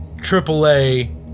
triple-a